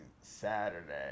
saturday